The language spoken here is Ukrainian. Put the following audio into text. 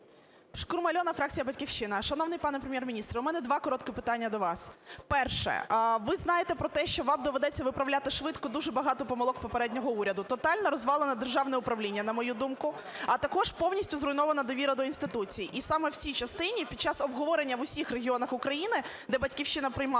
Шкрум Альона, фракція "Батьківщина". Шановний пане Прем'єр-міністре, у мене два коротких питання до вас. Перше. Ви знаєте про те, що вам доведеться виправляти швидко дуже багато помилок попереднього уряду. Тотально розвалене державне управління, на мою думку, а також повністю зруйнована довіра до інституцій. І саме в цій частині під час обговорення в усіх регіонах України, де "Батьківщина" приймала